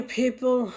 people